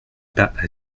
pas